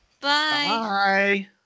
Bye